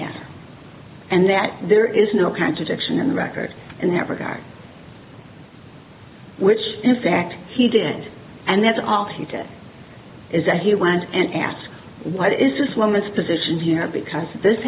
matter and that there is no contradiction in the record in that regard which in fact he did and that's all he did is that he went and asked what is this woman's position here because this